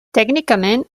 tècnicament